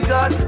God